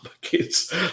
kids